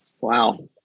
Wow